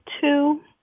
two